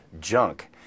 junk